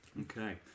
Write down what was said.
Okay